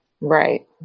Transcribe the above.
right